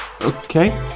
Okay